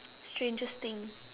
strangest thing